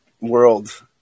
world